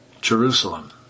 Jerusalem